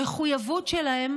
המחויבות שלהם